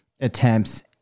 attempts